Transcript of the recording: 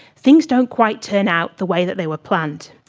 things don't quite turn out the way that they were planned.